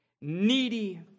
needy